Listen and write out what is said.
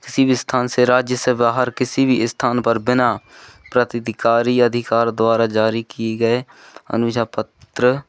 किसी भी स्थान से राज्य से बाहर किसी भी इस्थान पर बिना प्रतिधिकारी अधिकार द्वारा जारी की गए अनुसा पत्र